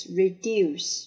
reduce